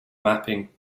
mapping